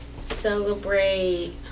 celebrate